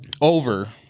Over